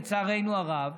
לצערנו הרב,